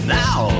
now